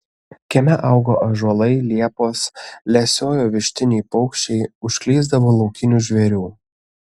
kieme augo ąžuolai liepos lesiojo vištiniai paukščiai užklysdavo laukinių žvėrių